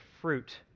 fruit